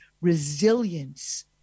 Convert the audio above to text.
resilience